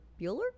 Bueller